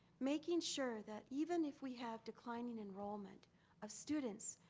making sure that even if we have declining enrollment of students,